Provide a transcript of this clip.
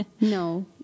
no